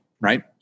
Right